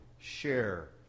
Share